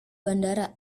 bandara